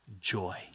joy